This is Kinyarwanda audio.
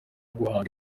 guhanga